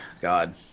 God